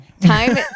time